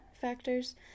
factors